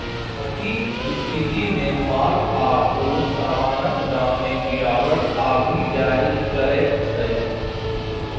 अति स्फीतीमे माल आओर समानक दाममे गिरावट आबि जाएल करैत छै